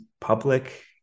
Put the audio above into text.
public